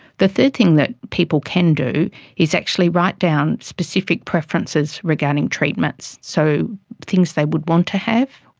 the third thing that people can do is actually write down specific preferences regarding treatments, so things they would want to have,